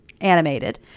animated